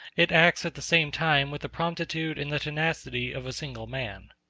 it acts at the same time with the promptitude and the tenacity of a single man.